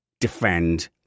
defend